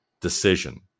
decision